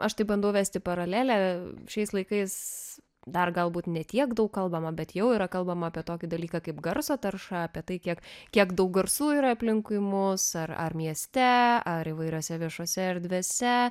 aš taip bandau vesti paralelę šiais laikais dar galbūt ne tiek daug kalbama bet jau yra kalbama apie tokį dalyką kaip garso tarša apie tai kiek kiek daug garsų yra aplinkui mus ar ar mieste ar įvairiose viešose erdvėse